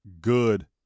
good